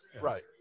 right